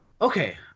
Okay